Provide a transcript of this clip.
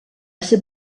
ser